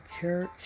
church